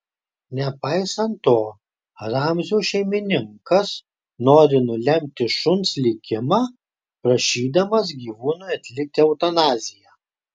nepaisant to ramzio šeimininkas nori nulemti šuns likimą prašydamas gyvūnui atlikti eutanaziją